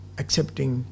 accepting